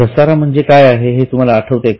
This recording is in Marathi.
घसारा म्हणजे काय हे तुम्हाला आठवते का